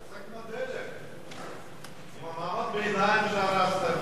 תעסוק בדלק, במעמד הביניים שהרסתם.